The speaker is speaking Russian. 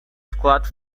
вклад